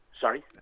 Sorry